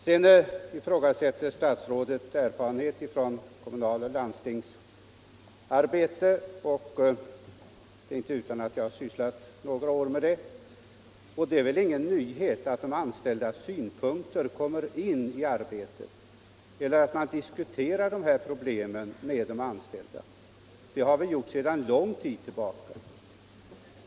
Vidare hänvisade herr statsrådet till erfarenhet från kommunaloch landstingsarbete, och det är inte utan att jag har sysslat några år med sådan verksamhet. Det är väl ingen nyhet att de anställdas synpunkter kommer in i det arbetet och att man diskuterar problem i detta med de anställda. Det har vi gjort sedan lång tid tillbaka.